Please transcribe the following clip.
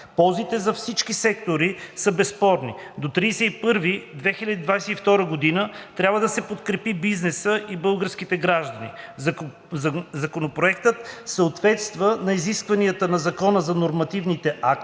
Ползите за всички сектори са безспорни. До 31 декември 2022 г. трябва да се подкрепи бизнесът и българските граждани. Законопроектът съответства на изискванията на Закона за нормативните актове,